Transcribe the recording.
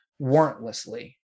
warrantlessly